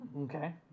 Okay